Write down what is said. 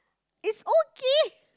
it's okay